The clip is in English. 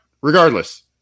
regardless